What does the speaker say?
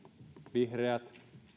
vihreät